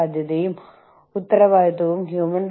ലഭ്യമായിരുന്നത് ക്യാമ്പായിരുന്നു